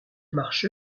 marche